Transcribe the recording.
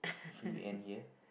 should we end here